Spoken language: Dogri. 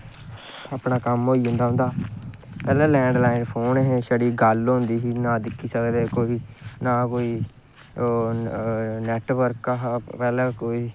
कम्म होई जंदा पैह्लैं लैंड़ लैन फोन हे छड़ी गल्ल होंदी ही नां दिक्खी सकदे हे नां कोई नैटबर्ट हा पैह्लैं कोई